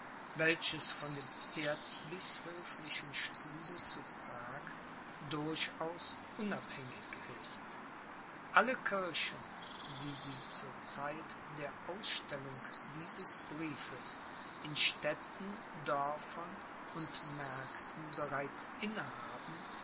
welches von dem erzbischöflichen stuhle zu prag durchaus unabhängig ist alle kirchen die sie zur zeit der ausstellung dieses briefes in städten dörfern und märkten bereits inne haben